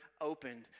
opened